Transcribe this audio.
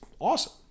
awesome